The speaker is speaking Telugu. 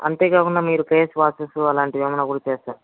అంతే కాకుండా మీరు ఫేస్ వాషెస్ అలాంటివి ఏమైనా కూడ చేస్తారా సార్